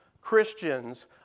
Christians